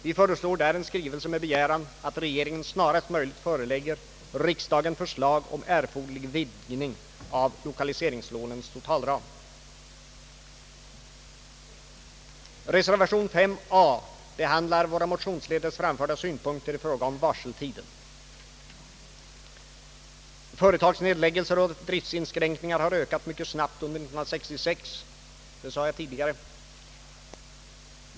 Vi föreslår där en skrivelse med begäran att regeringen snarast möjligt förelägger riksdagen förslag om erforderlig vidgning av lokaliseringslånens totalram. Reservation a vid punkt 5 behandlar våra motionsledes framförda synpunkter i fråga om varseltiden. Företagsnedläggelser och driftsinskränkningar har ökat mycket snabbt under 1966.